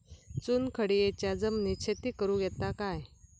चुनखडीयेच्या जमिनीत शेती करुक येता काय?